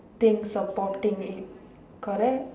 thing supporting it correct